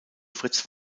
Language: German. fritz